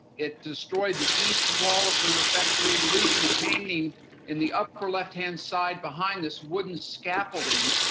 it destroyed the east wall of the refectory, leaving the painting in the upper-left hand side behind this wooden scaffolding.